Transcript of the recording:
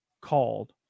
called